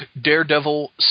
Daredevil